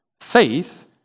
Faith